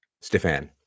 Stefan